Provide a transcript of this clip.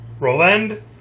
Roland